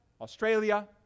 Australia